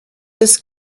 this